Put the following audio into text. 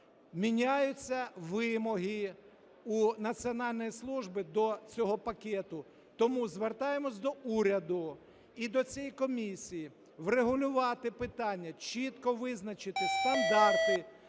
Міняються вимоги у Національної служби до цього пакету, тому звертаємося до уряду і до цієї комісії врегулювати питання чітко визначити стандарти,